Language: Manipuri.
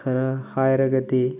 ꯈꯔ ꯍꯥꯏꯔꯒꯗꯤ